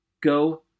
Go